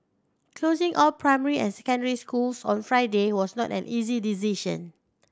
closing all primary and secondary schools on Friday was not an easy decision